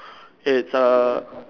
it's um